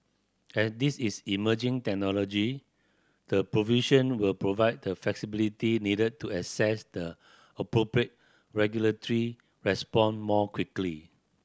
as this is emerging technology the provision will provide the flexibility needed to assess the appropriate regulatory response more quickly